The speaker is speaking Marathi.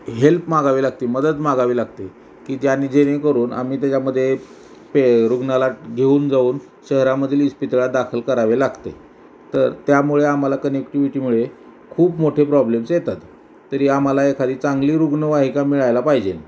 हेल्प मागावी लागते मदत मागावी लागते की ज्याने जेणेकरून आम्ही त्याच्यामध्ये हे रुग्णाला घेऊन जाऊन शहरामधील इस्पितळात दाखल करावे लागते तर त्यामुळे आम्हाला कनेक्टिव्हिटीमुळे खूप मोठे प्रॉब्लेम्स येतात तरी आम्हाला एखादी चांगली रुग्णवाहिका मिळायला पाहिजेन